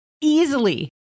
easily